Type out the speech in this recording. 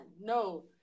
no